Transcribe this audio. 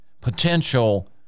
Potential